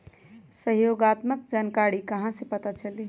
सहयोगात्मक जानकारी कहा से पता चली?